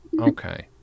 okay